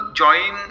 join